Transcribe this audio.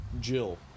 Jill